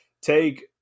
Take